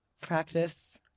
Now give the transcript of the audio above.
practice